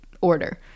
order